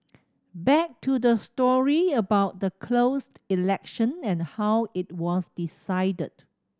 back to the story about the closed election and how it was decided